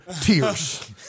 tears